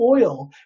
oil